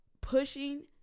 pushing